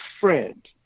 friend